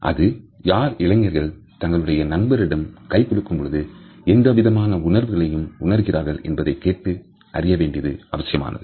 அது யார் இளைஞர்கள் தங்களுடைய நண்பர்களிடம் கை குலுக்கும் பொழுது எந்த விதமான உணர்வுகளை உணர்கிறார்கள் என்பதை கேட்டு அறிய வேண்டியது அவசியமாகிறது